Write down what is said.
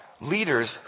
leaders